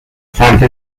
سمت